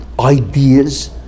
ideas